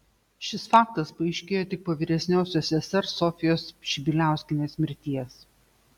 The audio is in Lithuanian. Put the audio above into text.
šis faktas paaiškėjo tik po vyresniosios sesers sofijos pšibiliauskienės mirties